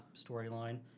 storyline